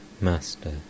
Master